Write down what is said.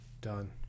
Done